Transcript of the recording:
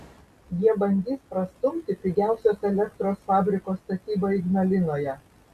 jie bandys prastumti pigiausios elektros fabriko statybą ignalinoje